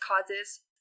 causes